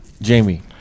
Jamie